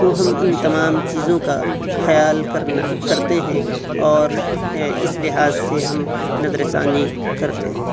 تو ہم ان تمام چیزوں کا خیال کرنا کرتے ہیں اور اس لحاظ سے ہم نظر ثانی کرتے ہیں